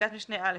בפסקת משנה (א),